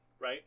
right